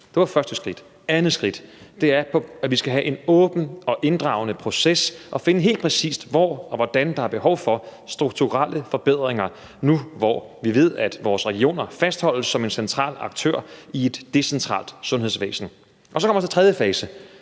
Den anden fase er, at vi skal have en åben og inddragende proces og finde ud af, helt præcis hvor og hvordan der er behov for strukturelle forbedringer nu, hvor vi ved, at vores regioner fastholdes som en central aktør i et decentralt sundhedsvæsen. Så kommer tredje fase,